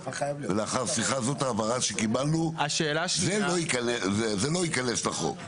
ולאחרה השיחה הזאת וההבהרה שקיבלנו זה לא ייכנס לחוק.